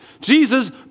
Jesus